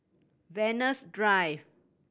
Venus Drive